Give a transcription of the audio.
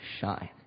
shine